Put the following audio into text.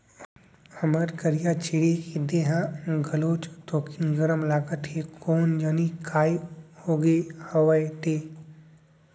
हमर करिया छेरी के देहे ह घलोक थोकिन गरम लागत हे कोन जनी काय होगे हवय ते?